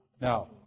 Now